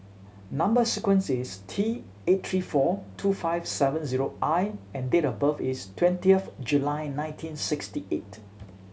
number sequence is T eight three four two five seven zero I and date of birth is twentieth July nineteen sixty eight